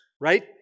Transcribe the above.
right